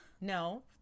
No